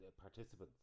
participants